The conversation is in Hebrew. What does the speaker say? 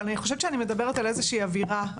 אבל אני חושבת שאני מדברת על איזושהי אווירה,